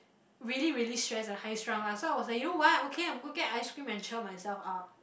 really really stress and high strung lah so I was like you know what okay I'm go get a ice cream and cheer myself up